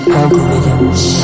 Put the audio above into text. algorithms